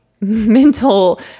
mental